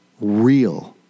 Real